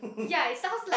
ya it sounds like